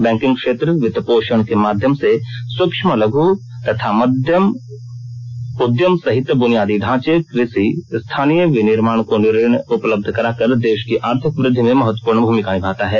banking क्षेत्र वित्त पोषण के माध्यम से सुक्ष्मलघु तथा मध्यम उद्यम सहित बुनियादी ढांचे कृषिस्थानीय विनिर्माण को ऋण उपलब्ध कराकर देश की आर्थिक वृद्धि में महत्वपूर्ण भूमिका निभाता है